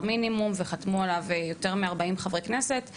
מינימום וחתמו עליו יותר מ-40 חברי כנסת.